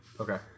Okay